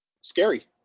scary